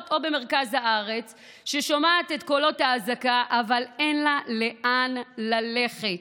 או במרכז הארץ ששומעת את קולות האזעקה אבל אין לה לאן ללכת.